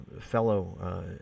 fellow